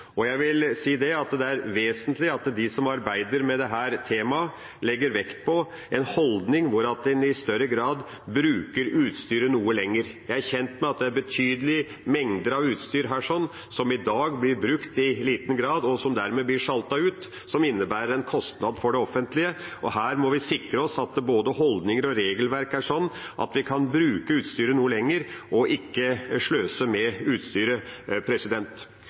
Jeg vil si at det er vesentlig at de som arbeider med dette temaet, legger vekt på en holdning hvor en i større grad bruker utstyret noe lenger. Jeg er kjent med at det er betydelige mengder av utstyr som i dag blir brukt i liten grad og dermed blir sjaltet ut, noe som innebærer en kostnad for det offentlige. Her må vi sikre oss at både holdninger og regelverk er sånn at vi kan bruke utstyret noe lenger, og ikke sløse med utstyret.